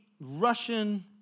Russian